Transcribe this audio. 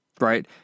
right